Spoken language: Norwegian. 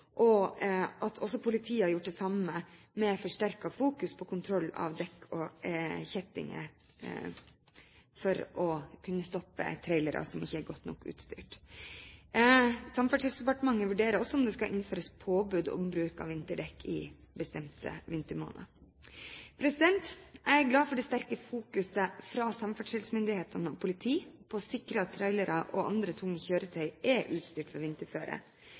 og at også politiet har gjort det samme med forsterket fokus på kontroll av dekk og kjettinger for å kunne stoppe trailere som ikke er godt nok utstyrt. Samferdselsdepartementet vurderer også om det skal innføres påbud om bruk av vinterdekk i bestemte vintermåneder. Jeg er glad for det sterke fokuset fra samferdselsmyndighetene og politi på å sikre at trailere og andre tunge kjøretøy er utstyrt for vinterføre.